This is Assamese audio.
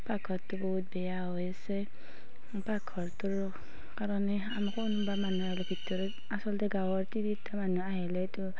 পাকঘৰটো বহুত বেয়া হৈ আছে পাকঘৰটোৰ কাৰণে আমাৰ কোনোবা মানুহ আহিলে ভিতৰত আচলতে গাঁৱৰ তিৰোতা মানুহ আহিলেতো